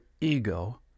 ego